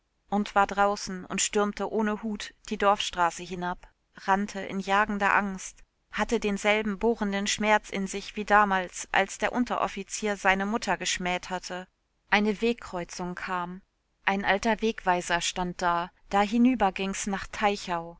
und war draußen und stürmte ohne hut die dorfstraße hinab rannte in jagender angst hatte denselben bohrenden schmerz in sich wie damals als der unteroffizier seine mutter geschmäht hatte eine wegkreuzung kam ein alter wegweiser stand da da hinüber ging's nach teichau